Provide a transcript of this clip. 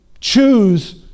choose